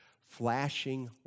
flashing